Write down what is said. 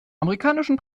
amerikanischen